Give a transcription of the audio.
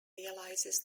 realizes